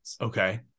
Okay